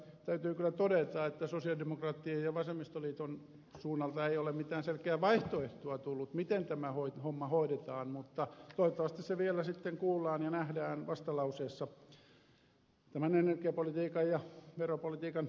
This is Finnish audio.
täytyy kyllä todeta että sosialidemokraattien ja vasemmistoliiton suunnalta ei ole mitään selkeää vaihtoehtoa tullut miten tämä homma hoidetaan mutta toivottavasti se vielä sitten kuullaan ja nähdään vastalauseessa tämän energiapolitiikan ja veropolitiikan osalta